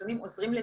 חיסונים עוזרים לזה.